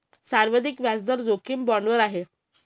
सर्वाधिक व्याजदर जोखीम बाँडवर आहे